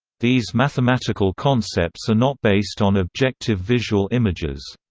these mathematical concepts are not based on objective visual images.